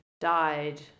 died